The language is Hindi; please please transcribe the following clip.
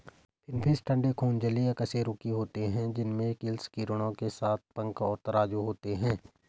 फिनफ़िश ठंडे खून जलीय कशेरुकी होते हैं जिनमें गिल्स किरणों के साथ पंख और तराजू होते हैं